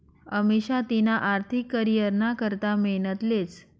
अमिषा तिना आर्थिक करीयरना करता मेहनत लेस